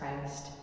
Christ